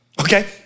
okay